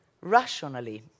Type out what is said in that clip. rationally